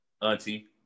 auntie